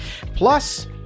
Plus